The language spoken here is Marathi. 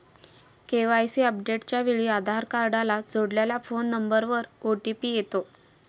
के.वाय.सी अपडेटच्या वेळी आधार कार्डला जोडलेल्या फोन नंबरवर ओ.टी.पी येतो